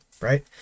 right